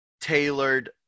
tailored